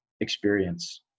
experience